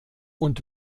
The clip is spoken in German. und